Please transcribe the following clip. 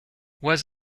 was